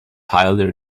highly